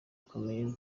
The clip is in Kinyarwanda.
gukomera